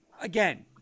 Again